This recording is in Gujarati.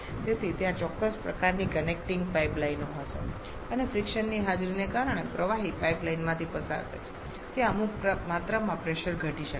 તેથી ત્યાં ચોક્કસ પ્રકારની કનેક્ટિંગ પાઇપ લાઇનો હશે અને ફ્રીક્શનની હાજરીને કારણે પ્રવાહી પાઇપ લાઇનમાંથી પસાર થાય છે ત્યાં અમુક માત્રામાં પ્રેશર ઘટી શકે છે